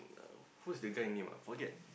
uh who's the guy name ah forget